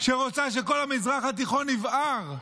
שרוצה שכל המזרח התיכון יבער.